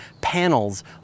panels